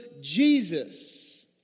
Jesus